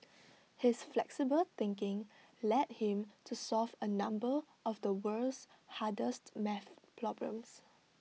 his flexible thinking led him to solve A number of the world's hardest maths problems